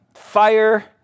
Fire